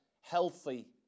healthy